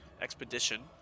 Expedition